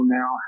now